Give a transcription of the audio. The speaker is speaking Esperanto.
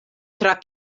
tra